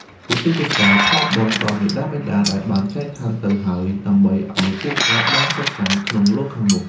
ឧទ្ទិសកុសលផលបុណ្យដល់មាតាបិតាដែលបានចែកឋានទៅហើយ ដើម្បីឱ្យពួកគាត់បានសុខសាន្តក្នុងលោកខាងមុខ។